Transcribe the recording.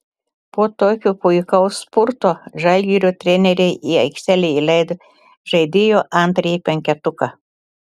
po tokio puikaus spurto žalgirio treneriai į aikštelę įleido žaidėjų antrąjį penketuką